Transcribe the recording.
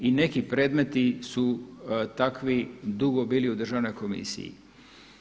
I neki predmeti su takvi dugo bili u državnoj komisiji.